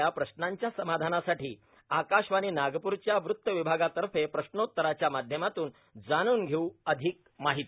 या प्रश्नांच्या समाधानासाठी आकाशवाणी नागप्रच्या वृत विभागातर्फे प्रश्नोतराच्या माध्यमातून जाणून घेऊ अधिक माहिती